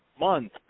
month